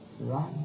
Right